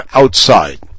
outside